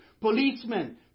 policemen